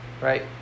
Right